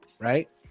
right